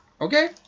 Okay